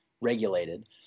regulated